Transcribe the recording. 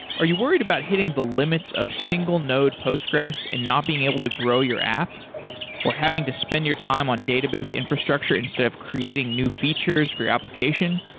are you worried about hitting the limits of single node postgres and not being able to grow your app or having to spend your time on database infrastructure instead of creating new features for you application?